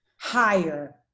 higher